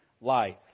life